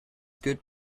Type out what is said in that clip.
good